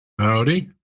Howdy